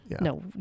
No